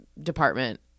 department